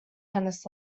tennis